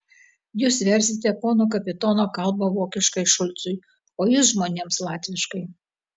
jūs versite pono kapitono kalbą vokiškai šulcui o jis žmonėms latviškai